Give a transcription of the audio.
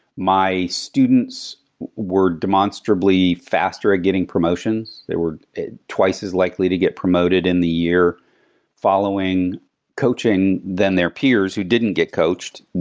my students were demonstrably faster at getting promotions. they were twice as likely to get promoted in the year following coaching than their peers who didn't get coached,